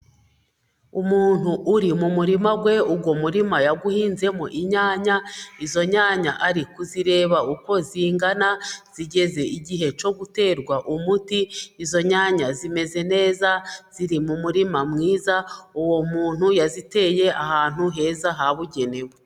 Umuntu uri mu murima we, uwo murima yawuhinzemo inyanya, izo nyanya ari kureba uko zingana, zigeze igihe cyo guterwa umuti. Izo nyanya zimeze neza, ziri mu murima mwiza, uwo muntu yaziteye ahantu heza habugenewe.